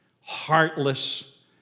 heartless